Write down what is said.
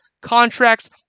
contracts